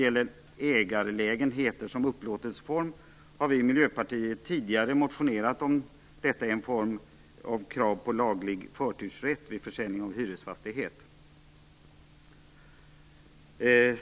Om ägarlägenheten som upplåtelseform har vi i Miljöpartiet tidigare motionerat i form av krav på laglig förtursrätt vid försäljning av hyresfastighet.